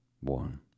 One